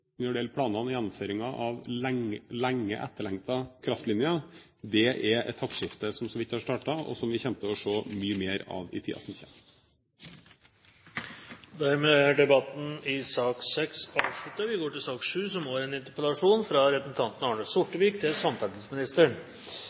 når det gjelder planene og gjennomføringen av lenge etterlengtede kraftlinjer. Det er et taktskifte som så vidt har startet, og som vi kommer til å se mye mer av i tiden som kommer. Dermed er debatten i sak nr. 6 avsluttet. Temaet er arbeidet med fornyelse i norsk samferdsel. Regjeringspartiene har hatt makten fra høsten 2005. Til